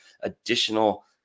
additional